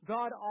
God